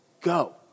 go